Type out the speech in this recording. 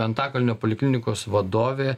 antakalnio poliklinikos vadovė